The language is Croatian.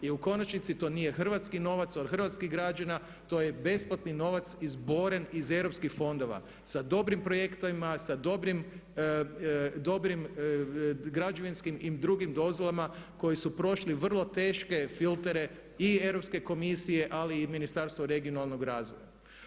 I u konačnici to nije hrvatski novac od hrvatskih građana, to je besplatni novac izboren iz europskih fondovima sa dobrim projektima, sa dobrim građevinskim i drugim dozvolama koji su prošli vrlo teške filtere i Europske komisije ali i Ministarstvo regionalnog razvoja.